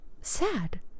sad